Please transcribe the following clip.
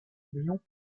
communion